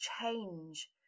change